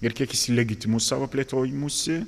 ir kiek jis legitimus savo plėtojimusi